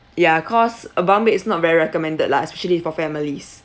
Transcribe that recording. ya cause a bunk bed is not very recommended lah especially for families